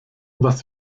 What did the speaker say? was